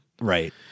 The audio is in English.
Right